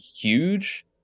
huge